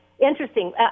Interesting